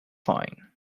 fine